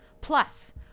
Plus